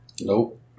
Nope